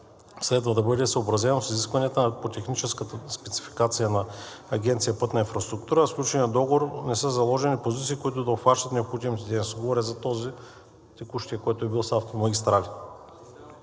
следва да бъде съобразено с изискванията по техническата спецификация на Агенция „Пътна инфраструктура“, а в сключения договор не са заложени позиции, които да обхващат необходимите дейности. Говоря за текущия, който е бил с „Автомагистрали“.